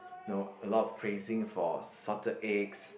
no a lot of crazing for salted eggs